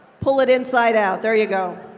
pull it inside out, there you go.